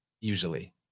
usually